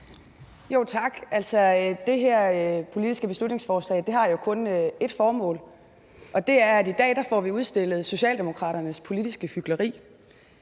Tak. Det her politiske beslutningsforslag har jo kun ét formål, og det er, at i dag får vi udstillet Socialdemokraternes politiske hykleri.